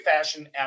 fashion